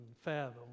fathom